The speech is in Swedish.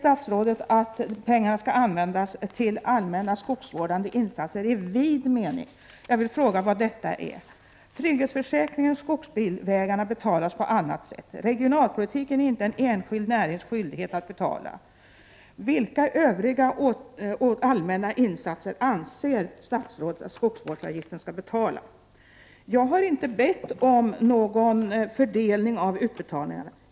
Statsrådet säger att pengarna skall användas till allmänna skogsvårdande insatser i vid mening. Jag vill fråga vad detta är. Trygghetsförsäkringarna och skogsbilvägarna betalas på annat sätt. Regionalpolitiken är det inte en enskild närings skyldighet att betala. Vilka övriga allmänna insatser anser statsrådet att skogsvårdsavgiften skall betala? Jag har inte bett om någon fördelning av utbetalningarna.